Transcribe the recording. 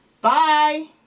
Bye